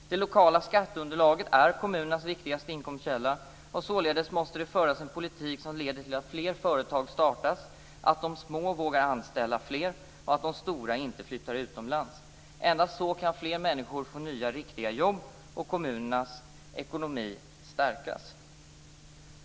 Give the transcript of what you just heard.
Det lokala skatteunderlaget är kommunernas viktigaste inkomstkälla. Således måste det föras en politik som leder till att fler företag startas, att de små vågar anställa fler och att de stora inte flyttar utomlands. Endast så kan fler människor få nya riktiga jobb och kommunernas ekonomi stärkas.